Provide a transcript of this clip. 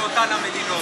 באותן המדינות.